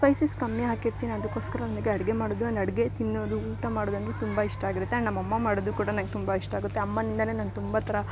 spices ಕಮ್ಮಿ ಹಾಕಿರ್ತಿನಿ ಅದಕೋಸ್ಕರ ನನಗೆ ಅಡಿಗೆ ಮಾಡೋದು ನಾ ಅಡಿಗೆ ತಿನ್ನೋದು ಊಟ ಮಾಡೋದಂದರೆ ತುಂಬ ಇಷ್ಟ ಆಗಿರುತ್ತೆ ಆ್ಯಂಡ್ ನಮ್ಮಅಮ್ಮ ಮಾಡೋದು ಕೂಡ ನಂಗೆ ತುಂಬ ಇಷ್ಟ ಆಗುತ್ತೆ ಅಮ್ಮನಿಂದ ನಾನು ತುಂಬ ಥರ